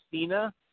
Cena